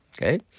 okay